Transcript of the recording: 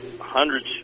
hundreds